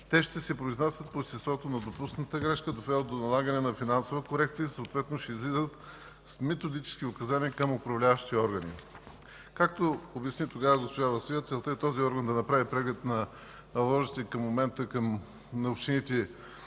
Те ще се произнасят по естеството на допусната грешка, довела до налагане на финансови корекции, и съответно ще излизат с методически указания към управляващите органи”. Както обясни тогава госпожа Василева, целта е този орган да направи преглед на наложените към момента на общините